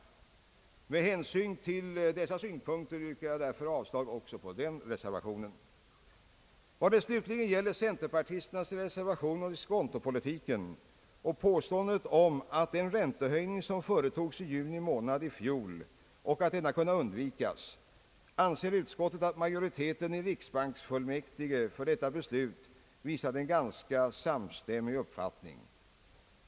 Med åberopande av dessa synpunkter yrkar jag därför avslag också på den reservationen. När det slutligen gäller centerpartisternas reservation om diskontopolitiken och påståendet att den räntehöjning kunde ha undvikits, som företogs i juni förra året, anser utskottet att majoriteten i riksbanksfullmäktige tycks ha visat en ganska samstämmig uppslutning kring räntehöjningen.